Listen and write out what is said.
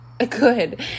good